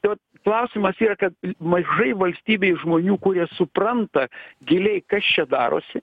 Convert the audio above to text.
tai vat klausimas yra kad mažai valstybėj žmonių kurie supranta giliai kas čia darosi